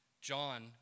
John